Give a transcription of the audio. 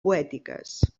poètiques